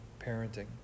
parenting